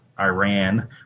Iran